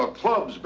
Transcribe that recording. ah clubs, but